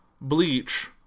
bleach